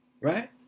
Right